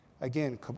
Again